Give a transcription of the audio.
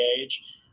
age